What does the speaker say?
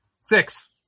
Six